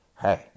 Hey